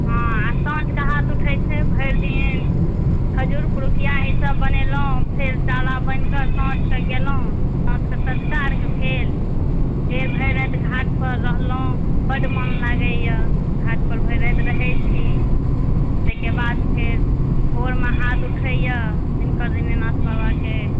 हॅं आ साँझ कऽ हाथ उठै छै भरि दिन खजूर पुरुकिया ई सब बनेलहुॅं फेर डाला बान्धि कऽ साँझ कऽ गेलहुॅं साँझ कऽ साँझका अर्घ भेल फेर भरि राति घाट पर रहलहुॅं बड मोन लागैया घाट पर भरि राति रहै छी ताहिके बाद फेर भोर मे हाथ उठैया दिनकर दीनानाथ बाबा के